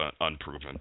unproven